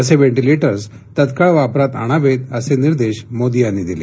असे वेंटिलेटर्स तत्काळ वापरात आणावेत असे निर्देश मोदी यांनी दिले